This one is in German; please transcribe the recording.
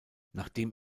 nachdem